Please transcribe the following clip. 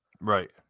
right